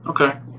okay